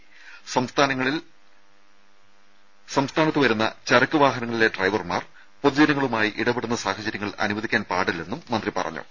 അന്യസംസ്ഥാനങ്ങളിൽ നിന്നും വരുന്ന ചരക്ക് വാഹനങ്ങളിലെ ഡ്രൈവർമാർ പൊതുജനങ്ങളുമായി ഇടപെടുന്ന സാഹചര്യങ്ങൾ അനുവദിക്കാൻ പാടില്ലെന്നും മന്ത്രി പറഞ്ഞു